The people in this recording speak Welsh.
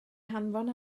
hanfon